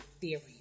theory